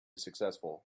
successful